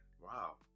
wow